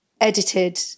edited